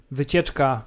wycieczka